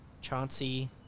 Chauncey